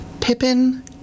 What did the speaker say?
Pippin